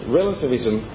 relativism